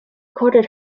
courted